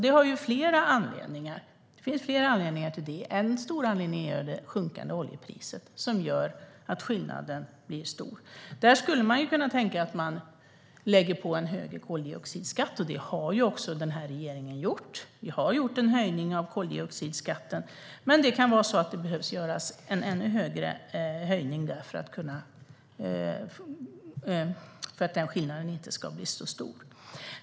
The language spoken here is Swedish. Det har ju fler anledningar. En stor anledning är det sjunkande oljepriset, som gör att skillnaden blir stor. Där skulle man kunna tänka sig att höja koldioxidskatten, och det har också den här regeringen gjort. Vi har genomfört en höjning av koldioxidskatten, men den behöver kanske höjas ännu mer för att den skillnaden inte ska bli så stor.